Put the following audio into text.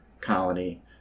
colony